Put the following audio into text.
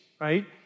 right